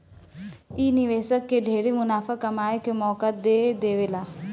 इ निवेशक के ढेरे मुनाफा कमाए के मौका दे देवेला